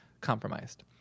compromised